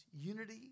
Unity